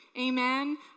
Amen